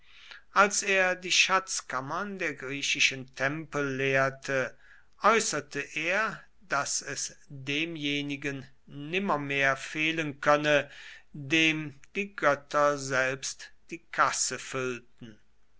als er die schatzkammern der griechischen tempel leerte äußerte er daß es demjenigen nimmermehr fehlen könne dem die götter selbst die kasse füllten